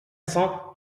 cents